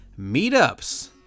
meetups